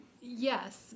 Yes